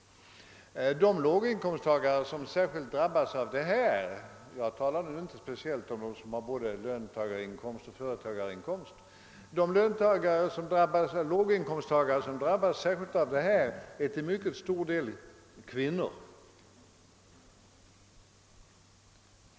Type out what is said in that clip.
De låginkomsttagare som «särskilt drabbas av detta — jag talar nu inte speciellt om dem som har både löntagarinkomst och företagarinkomst — är till mycket stor del kvinnor.